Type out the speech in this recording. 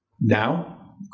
Now